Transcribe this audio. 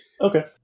Okay